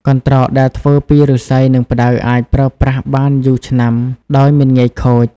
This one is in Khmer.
កន្ត្រកដែលធ្វើពីឫស្សី និងផ្តៅអាចប្រើប្រាស់បានយូរឆ្នាំដោយមិនងាយខូច។